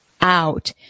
out